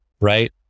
right